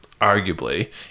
arguably